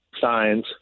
signs